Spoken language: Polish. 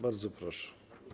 Bardzo proszę.